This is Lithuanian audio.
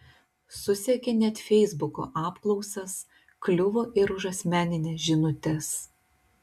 susekė net feisbuko apklausas kliuvo ir už asmenines žinutes